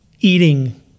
eating